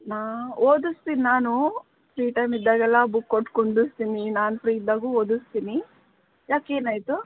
ನಾ ಓದಿಸ್ತೀನಿ ನಾನು ಫ್ರೀ ಟೈಮ್ ಇದ್ದಾಗೆಲ್ಲ ಬುಕ್ ಓದ್ಸ್ಕೊಂಡಿರ್ತೀನಿ ನಾನು ಫ್ರೀ ಇದ್ದಾಗೂ ಓದಿಸ್ತೀನಿ ಯಾಕೆ ಏನಾಯಿತು